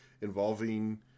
involving